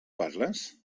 parles